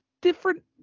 different